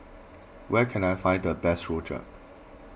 where can I find the best Rojak